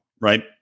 right